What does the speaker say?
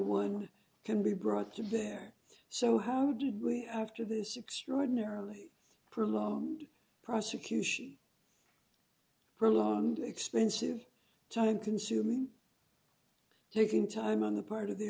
one can be brought to bear so how did we are after this extraordinarily prolonged prosecution prolonged expensive time consuming taking time on the part of the